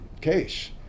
case